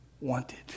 wanted